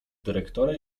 dyrektora